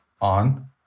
on